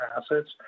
assets